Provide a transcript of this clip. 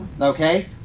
Okay